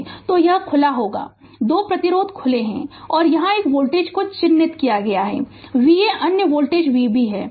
Refer Slide Time 1851 तो यह खुला होगा 2 प्रतिरोध खुला है और यहां एक वोल्टेज को चिह्नित किया है Va अन्य वोल्टेज Vb है